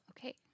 Okay